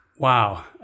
Wow